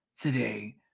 today